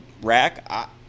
rack